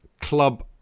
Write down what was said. club